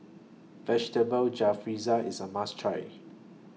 Vegetable Jalfrezi IS A must Try